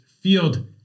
field